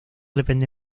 depende